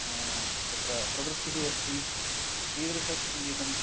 तत्र प्रवृत्तिः अस्ति कीदृशसङ्गीतम्